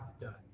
done